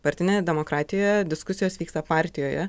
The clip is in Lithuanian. partinėje demokratijoje diskusijos vyksta partijoje